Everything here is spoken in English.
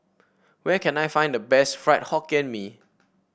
where can I find the best Fried Hokkien Mee